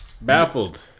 baffled